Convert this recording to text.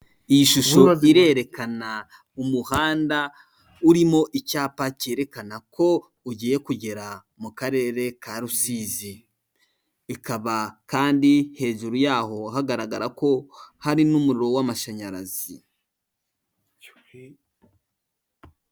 Iyi shusho irerekana umuhanda urimo icyapa kerekana ko ugiye kugera mu karere ka Rusizi, ikaba kandi hejuru yaho hagaragara ko hari n'umuriro w'amashanyarazi.